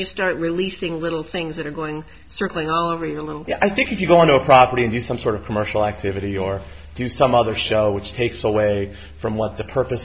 you start releasing little things that are going circling around me a little i think if you go into a property and use some sort of commercial activity or do some other show which takes away from what the purpose